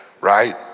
right